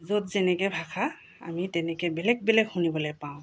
য'ত যেনেকৈ ভাষা আমি তেনেকৈ বেলেগ বেলেগ শুনিবলৈ পাওঁ